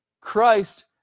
Christ